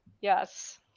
yes